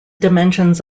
dimensions